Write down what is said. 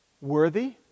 worthy